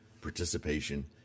participation